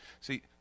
See